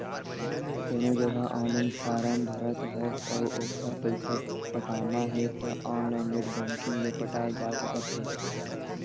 कोनो जघा online form भरत हस अउ ओखर पइसा पटाना हे त ऑनलाइन नेट बैंकिंग ले पटाए जा सकत हे